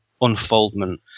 unfoldment